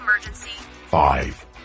Five